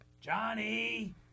Johnny